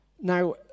Now